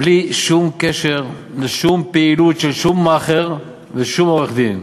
בלי שום קשר לשום פעילות של שום מאכער ושום עורך-דין.